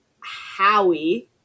Howie